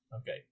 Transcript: Okay